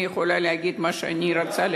אני יכולה להגיד מה שאני רוצה,